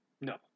No